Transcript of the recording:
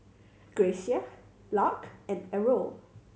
Gracia Lark and Errol